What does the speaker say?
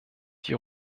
die